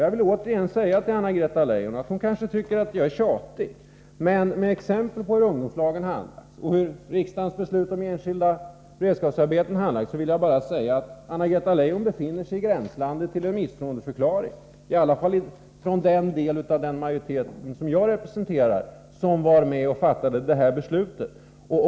Anna-Greta Leijon kanske tycker att jag är tjatig, men med utgångspunkt i exempel på hur ungdomslagen handlagts och exempel på hur enskilda beredskapsarbeten handlagts, anser jag att Anna-Greta Leijon befinner sig i gränslandet till en misstroendeförklaring — i alla fall från den del av den riksdagsmajoritet som fattade detta beslut som jag representerar.